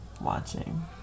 watching